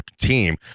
team